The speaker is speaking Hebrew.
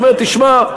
הוא אומר: תשמע,